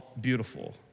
beautiful